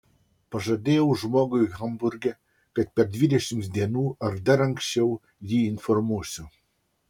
pažadėjau žmogui hamburge kad per dvidešimt dienų ar dar anksčiau jį informuosiu